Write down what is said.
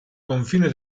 confine